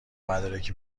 مدارک